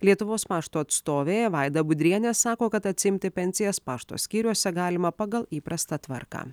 lietuvos pašto atstovė vaida budrienė sako kad atsiimti pensijas pašto skyriuose galima pagal įprastą tvarką